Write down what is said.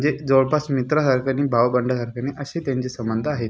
जे जवळपास मित्रासारखेने आणि भाऊबंदासारखेने अशी त्यांची समानता आहे